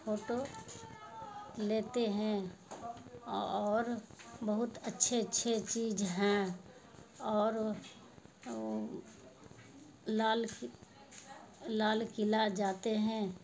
photo لیتے ہیں اور بہت اچھے اچھے چیز ہیں اور لال لال قلعہ جاتے ہیں